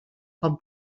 com